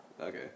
Okay